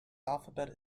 alphabet